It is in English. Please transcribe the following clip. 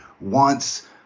wants